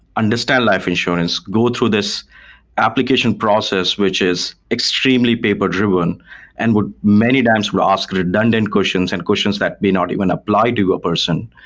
understand life insurance, go through this application process, which is extremely paper-driven and what many times would ask redundant questions and questions that may not even apply to a person.